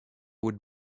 would